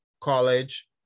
college